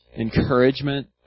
encouragement